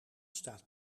staat